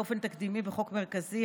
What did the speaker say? באופן תקדימי בחוק מרכזי,